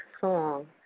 song